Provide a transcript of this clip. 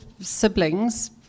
siblings